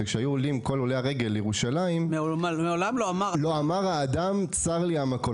שכאשר היו עולים כל עולי הרגל לירושלים: מעולם לא אמר האדם צר לי המקום.